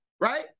right